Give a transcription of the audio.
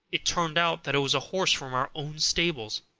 it turned out that it was a horse from our own stables,